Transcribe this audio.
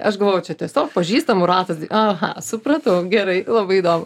aš galvojau čia tiesiog pažįstamų ratas aha supratau gerai labai įdomu